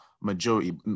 majority